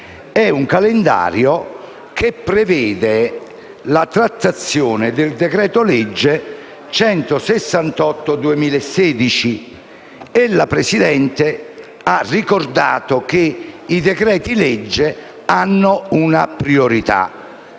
È un calendario che prevede la trattazione del decreto-legge n. 168 del 2016. Ella, signor Presidente, ha ricordato che i decreti-legge hanno una priorità